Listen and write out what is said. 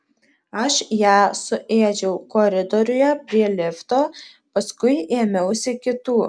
aš ją suėdžiau koridoriuje prie lifto paskui ėmiausi kitų